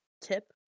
tip